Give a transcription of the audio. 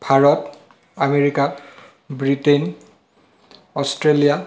Bharat America Britain Australia